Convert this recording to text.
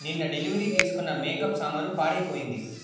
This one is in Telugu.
నిన్న డెలివరీ తీసుకున్న మేకప్ సామాను పాడైపోయింది